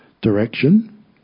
direction